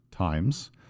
times